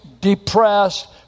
depressed